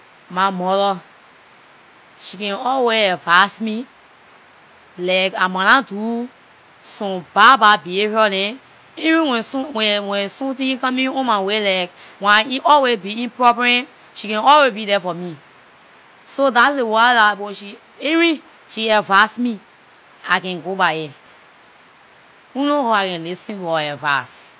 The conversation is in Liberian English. My mother, she can always advice me like I mon nah do some bad bad behavior dem; even when som- when- when something coming on my way, like wen I in- I always be in problem, she can always be there for me. So that's the reason wen she even she advice me I can go by it- only her I can listen to her advice.